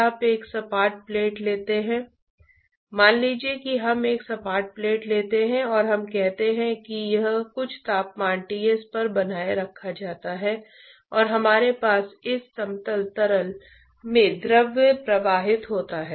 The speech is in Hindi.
अगर मैं यह मान लूं कि Ts Tinfinity से बड़ा है तो वह हीट का प्रवाह है जो उस स्थान पर ठोस से द्रव में स्थानांतरित होता है